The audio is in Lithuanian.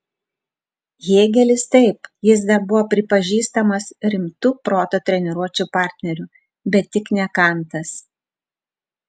hėgelis taip jis dar buvo pripažįstamas rimtu proto treniruočių partneriu bet tik ne kantas